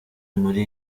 muri